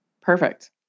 Perfect